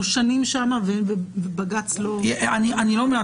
שנים שם ובג"ץ לא -- אני לא מבין,